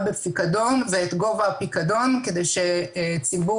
בפיקדון ואת גובה הפיקדון כדי שהציבור